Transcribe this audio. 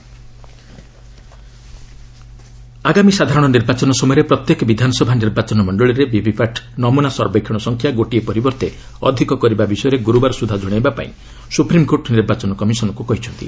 SC VVPAT ଆଗାମୀ ସାଧାରଣ ନିର୍ବାଚନ ସମୟରେ ପ୍ରତ୍ୟେକ ବିଧାନସଭା ନିର୍ବାଚନ ମଣ୍ଡଳୀରେ ଭିଭିପାଟ୍ ନମୁନା ସର୍ବେକ୍ଷଣ ସଂଖ୍ୟା ଗୋଟିଏ ପରିବର୍ତ୍ତେ ଅଧିକ କରିବା ବିଷୟରେ ଗୁରୁବାର ସୁଦ୍ଧା ଜଣାଇବାପାଇଁ ସୁପ୍ରିମ୍କୋର୍ଟ ନିର୍ବାଚନ କମିଶନ୍କୁ କହିଛନ୍ତି